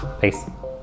Peace